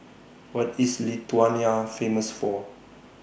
What IS Lithuania Famous For